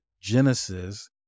Genesis